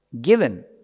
given